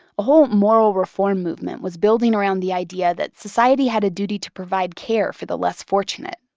a whole moral reform movement was building around the idea that society had a duty to provide care for the less fortunate,